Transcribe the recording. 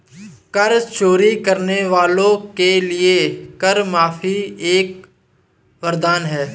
कर चोरी करने वालों के लिए कर माफी एक वरदान है